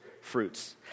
fruits